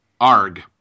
Arg